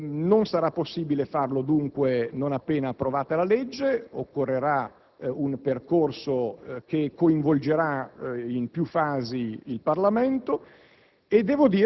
Non sarà possibile farlo non appena approvata la legge. Occorrerà un percorso che coinvolgerà in più fasi il Parlamento.